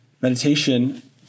Meditation